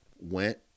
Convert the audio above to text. went